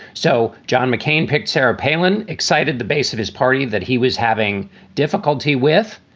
so john mccain picked sarah palin, excited the base of his party that he was having difficulty with.